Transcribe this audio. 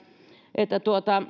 että